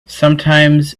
sometimes